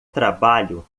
trabalho